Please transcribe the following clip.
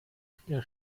viele